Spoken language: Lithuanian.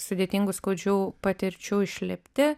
sudėtingų skaudžių patirčių išlipti